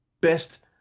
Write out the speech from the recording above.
best